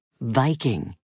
Viking